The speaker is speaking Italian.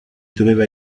doveva